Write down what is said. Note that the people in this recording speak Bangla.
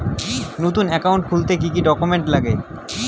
নতুন একাউন্ট খুলতে কি কি ডকুমেন্ট লাগে?